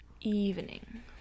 Evening